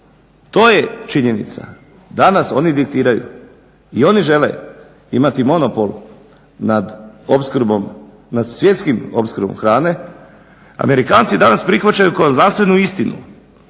to je činjenica, danas oni diktiraju i oni žele imati monopol nad opskrbom, nas svjetskom opskrbom hrane. Amerikanci danas prihvaćaju kao znanstvenu istinu